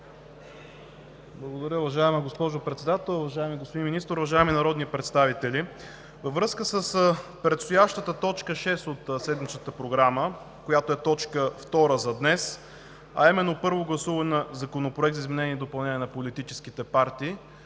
Благодаря. Уважаема госпожо Председател, уважаеми господин Министър, уважаеми народни представители! Във връзка с предстоящата точка шеста от седмичната програма, която е точка втора за днес, а именно Първо гласуване на законопроекти за изменение и допълнение на Закона за политическите партии